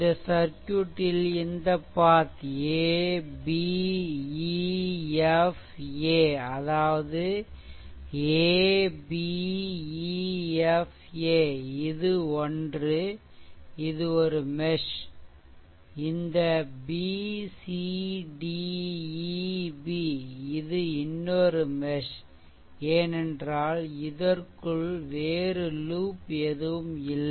இந்த சர்க்யூட்டில் இந்த path a b e f a அதாவது a b e f a இது ஒன்றுஇது ஒரு மெஷ் இந்த b c d e b இது இன்னொரு மெஷ் ஏனென்றால் இதற்குள் வேறு லூப் எதுவும் இல்லை